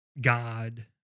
God